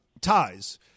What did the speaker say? ties